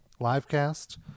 livecast